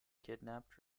kidnapped